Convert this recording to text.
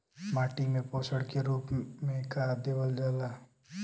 माटी में पोषण के रूप में का देवल जाला?